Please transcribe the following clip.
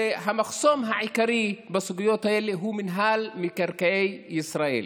המחסום העיקרי בסוגיות האלה הוא מינהל מקרקעי ישראל.